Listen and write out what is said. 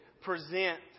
present